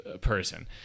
person